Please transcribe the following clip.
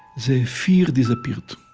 the fear disappeared